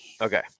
okay